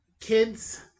kids